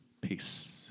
peace